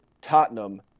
Tottenham